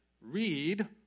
Read